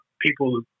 people